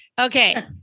Okay